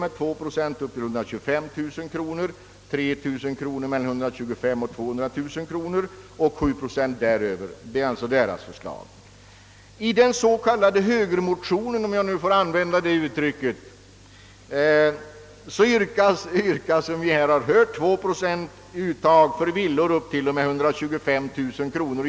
Förslaget innebär att för villor med taxerat byggnadsvärde upp till 125000 kronor bestäms intäkten till likaledes 2 procent. För villor med högre taxeringsvärden på byggnaden tillämpas 2 procent i botten och 3 procent för den del av det taxerade byggnadsvärdet, som ligger mellan 125 000 och 200 000 kronor, och 7 procent för den del av byggnadsvärdet, som ligger däröver.